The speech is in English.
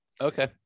okay